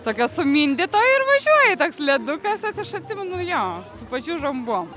tokio sumindyto ir važiuoji toks ledukas as aš atsimenu jo su pačiūžom buvo